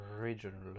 original